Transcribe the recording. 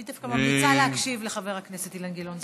אני דווקא ממליצה להקשיב לחבר הכנסת אילן גילאון.